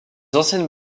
anciennes